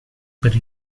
per